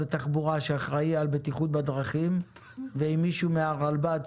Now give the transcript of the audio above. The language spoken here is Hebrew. התחבורה שאחראי על בטיחות בדרכים ועם מישהו מהרלב"ד.